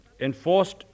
enforced